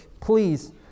Please